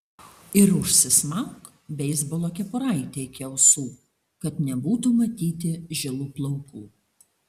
ir užsismauk beisbolo kepuraitę iki ausų kad nebūtų matyti žilų plaukų